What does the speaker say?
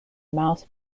mouse